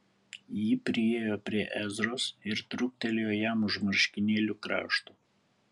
ji priėjo prie ezros ir truktelėjo jam už marškinėlių krašto